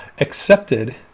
accepted